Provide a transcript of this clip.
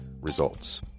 Results